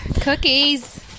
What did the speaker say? Cookies